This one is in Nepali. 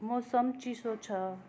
मौसम चिसो छ